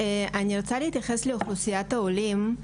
אני רוצה להתייחס לאוכלוסיית העולים,